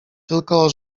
tylko